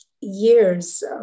years